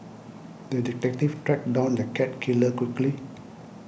the detective tracked down the cat killer quickly